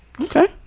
Okay